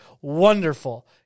wonderful